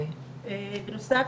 בנוסף